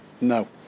No